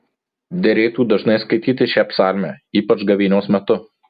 derėtų dažnai skaityti šią psalmę ypač gavėnios metu